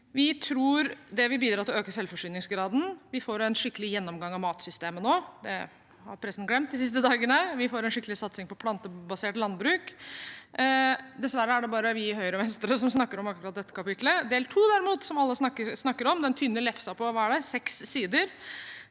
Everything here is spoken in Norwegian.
Vi tror det vil bidra til å øke selvforsyningsgraden. Vi får en skikkelig gjennomgang av matsystemet nå – det har pressen glemt de siste dagene. Vi får en skikkelig satsing på plantebasert landbruk. Dessverre er det bare vi i Høyre og Venstre som snakker om akkurat dette kapitlet. Når det gjelder del II, derimot, som alle snakker om – den tynne lefsa på seks sider,